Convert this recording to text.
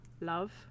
love